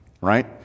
Right